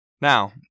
Now